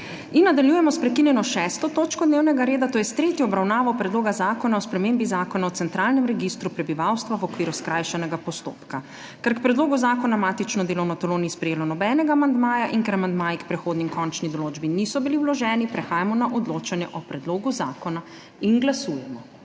Nadaljujemo s prekinjeno 6. točko dnevnega reda, to je s tretjo obravnavo Predloga zakona o spremembi Zakona o centralnem registru prebivalstva v okviru skrajšanega postopka. Ker k predlogu zakona matično delovno telo ni sprejelo nobenega amandmaja in ker amandmaji k prehodni in končni določbi niso bili vloženi, prehajamo na odločanje o predlogu zakona. Glasujemo.